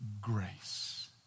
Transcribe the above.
grace